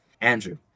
Andrew